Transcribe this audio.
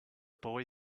boy